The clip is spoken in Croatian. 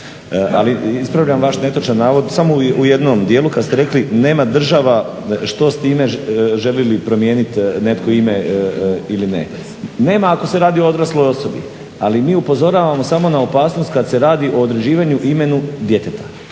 ali ispravljam vaš netočan navod samo u jednom dijelu kad ste rekli nema država što s time želi li promijeniti netko ime ili ne. Nema ako se radi o odrasloj osobi, ali mi upozoravamo samo na opasnost kad se radi o određivanju u imenu djeteta.